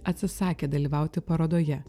atsisakė dalyvauti parodoje